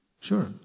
Sure